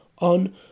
on